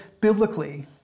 biblically